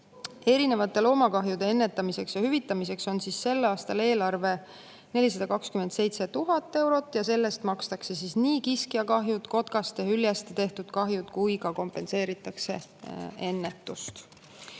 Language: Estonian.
Erinevate loomakahjude ennetamiseks ja hüvitamiseks on sel aastal eelarves 427 000 eurot. Sellest makstakse kinni nii kiskjakahjud kui ka kotkaste ja hüljeste tehtud kahjud ning kompenseeritakse ennetust.